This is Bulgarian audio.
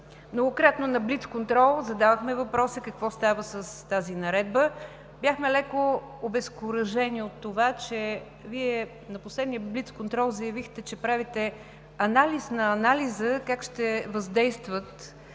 Многократно на блиц контрол задавахме въпроса: какво става с тази наредба? Бяхме леко обезкуражени от това, че на последния блиц контрол Вие заявихте, че правите анализ на анализа как ще въздействат